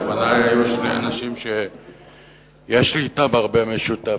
לפני היו שני אנשים שיש לי אתם הרבה משותף,